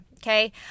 Okay